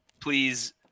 please